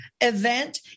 event